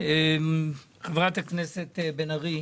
חברת הכנסת בן ארי,